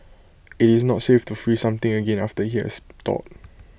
IT is not safe to freeze something again after IT has thawed